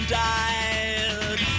died